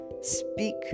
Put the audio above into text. speak